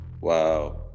Wow